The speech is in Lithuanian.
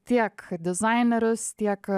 tiek dizainerius tiek